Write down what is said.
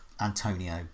Antonio